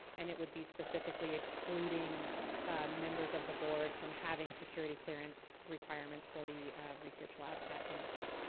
and it would be specifically excluding members of the board from having security clearance requirements for the research lab at msu.